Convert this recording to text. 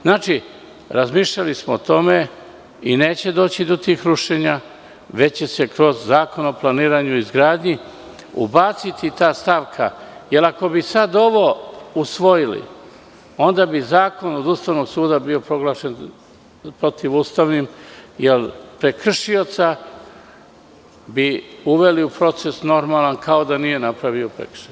Znači, razmišljali smo o tome i neće doći do tih rušenja, već će se kroz Zakon o planiranju i izgradnji ubaciti ta stavka, jer ako bi sad ovo usvojili, onda bi zakon od Ustavnog suda bio proglašen protivustavnim, jer bi prekršioca uveli u normalan proces kao da nije napravio prekršaj.